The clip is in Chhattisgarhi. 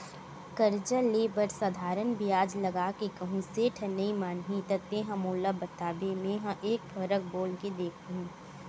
करजा ले बर साधारन बियाज लगा के कहूँ सेठ ह नइ मानही त तेंहा मोला बताबे मेंहा एक फरक बोल के देखहूं